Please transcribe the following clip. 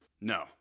No